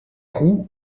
roux